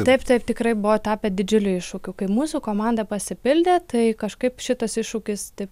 taip taip tikrai buvo tapę didžiuliu iššūkiu kai mūsų komanda pasipildė tai kažkaip šitas iššūkis taip